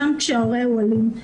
גם כשההורה הוא אלים.